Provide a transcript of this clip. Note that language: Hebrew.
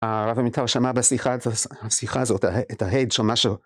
הרב עמיטל שמע בשיחה, בשיחה הזאת, את ההד של משהו.